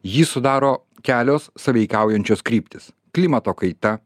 jį sudaro kelios sąveikaujančios kryptys klimato kaita